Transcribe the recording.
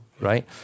right